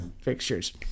fixtures